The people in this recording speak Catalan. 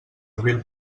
abril